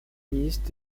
ministre